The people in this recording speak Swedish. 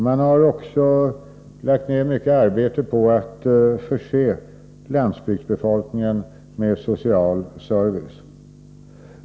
Man har lagt ned mycket arbete på att förse landsbygdsbefolkningen med social service.